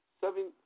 seven